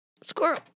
Squirrel